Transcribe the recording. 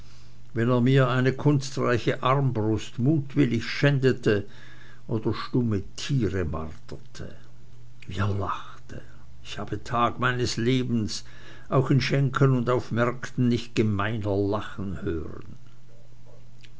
wenn er mir eine kunstreiche armbrust mutwillig schändete oder stumme tiere marterte wie er lachte ich habe tag meines lebens auch in schenken und auf märkten nicht gemeiner lachen hören